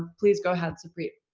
please go ahead, supreet.